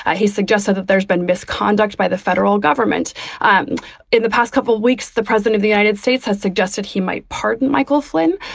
ah he suggests that there's been misconduct by the federal government um in the past couple of weeks. the president of the united states has suggested he might pardon michael flynn.